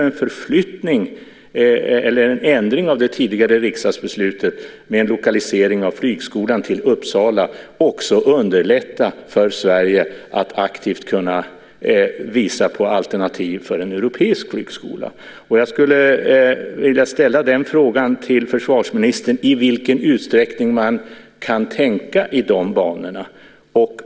En ändring av det tidigare riksdagsbeslutet med en lokalisering av flygskolan till Uppsala skulle också underlätta för Sverige att aktivt kunna visa på alternativ för en europeisk flygskola. Jag skulle vilja ställa frågan till försvarsministern om i vilken utsträckning man kan tänka i de banorna.